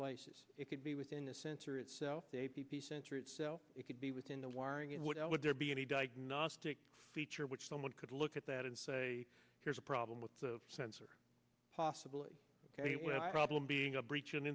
places it could be within the sensor itself the center itself it could be within the wiring and what else would there be any diagnostic feature which someone could look at that and say here's a problem with the sensor possibly ok well problem being a breach